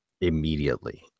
immediately